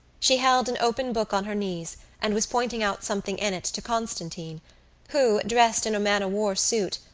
she held an open book on her knees and was pointing out something in it to constantine who, dressed in a man-o-war suit,